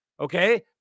Okay